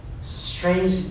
strange